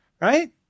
right